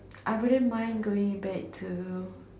I wouldn't mind going back to